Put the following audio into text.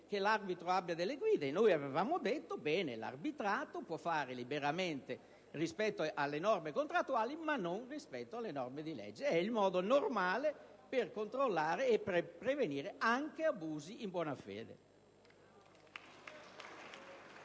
che l'arbitro abbia delle guide. Noi avevamo proposto che l'arbitrato si potesse fare liberamente rispetto alle norme contrattuali, ma non rispetto alle norme di legge: è il modo normale per controllare e prevenire anche abusi in buona fede.